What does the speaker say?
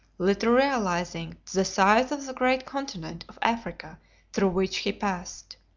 little realising the size of the great continent of africa through which he passed.